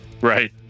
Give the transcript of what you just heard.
right